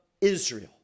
Israel